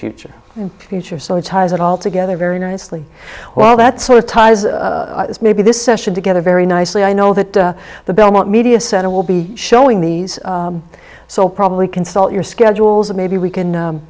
future future so ties it all together very nicely well that sort of ties maybe this session together very nicely i know that the belmont media center will be showing these so probably consult your schedules and maybe we can